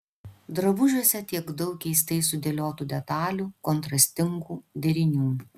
drabužiuose tiek daug keistai sudėliotų detalių kontrastingų derinių